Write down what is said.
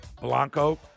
Blanco